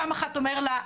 פעם אחת אומר לה,